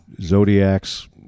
zodiacs